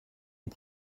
ont